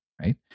right